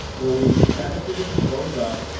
where we benefit if it goes up.